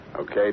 Okay